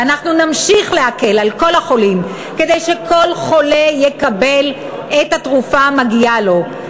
ואנחנו נמשיך להקל על כל החולים כדי שכל חולה יקבל את התרופה המגיעה לו,